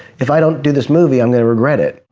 if i don't do this movie, i'm going to regret it.